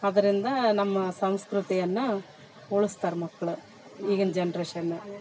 ಅದ್ರಿಂದ ನಮ್ಮ ಸಂಸ್ಕೃತಿಯನ್ನ ಉಳಿಸ್ತಾರ್ ಮಕ್ಕಳು ಈಗಿನ ಜನ್ರೇಷನ್